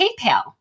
PayPal